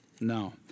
No